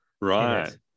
right